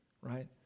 right